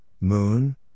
moon